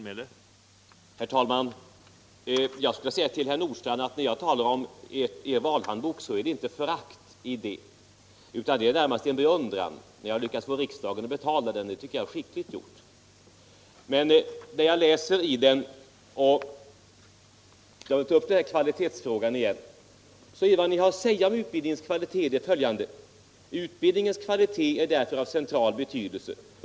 Herr talman! Jag vill säga till herr Nordstrandh att när jag talar om er valhandbok så ligger det inte förakt i det utan närmast en beundran. Ni har lyckats att få riksdagen att betala den, och det tycker jag är skickligt gjort. Men när jag läser i den - om vi skall ta upp den här kvalitetsfrågan igen — så finner jag att vad ni har att säga om utbildningens kvalitet är följande: ”Utbildningens kvalitet är därför av central betydelse.